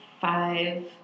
five